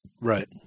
Right